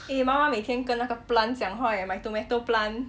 eh 妈妈每天跟那个 plants 讲话 eh my tomato plant